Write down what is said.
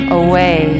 away